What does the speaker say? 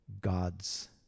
God's